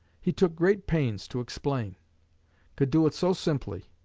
he took great pains to explain could do it so simply.